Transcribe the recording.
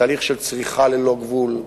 תהליך של צריכה ללא גבול,